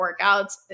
workouts